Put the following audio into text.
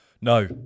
No